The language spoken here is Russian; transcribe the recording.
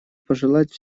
пожелать